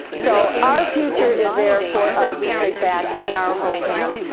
so our future is there for us to take back in our own hands.